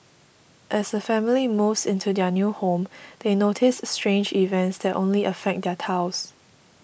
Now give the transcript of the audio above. as a family moves into their new home they notice strange events that only affect their tiles